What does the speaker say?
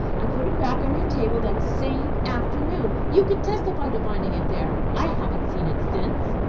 i put it back on your table that same afternoon. you can testify to finding it there. i haven't seen it since.